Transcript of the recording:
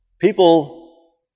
People